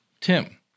Tim